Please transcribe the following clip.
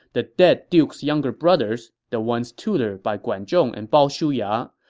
the dead duke's younger brothers, the ones tutored by guan zhong and bao shuya,